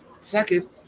Second